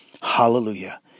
Hallelujah